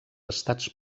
estats